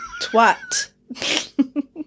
Twat